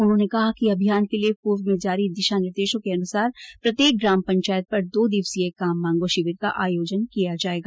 उन्होंने कहा कि अभियान के लिए पूर्व में जारी दिशा निर्देशों के अनुसार प्रत्येक ग्राम पंचायत पर दो दिवसीय काम मांगों शिविर का आयोजन किया जाएगा